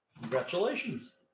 Congratulations